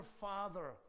Father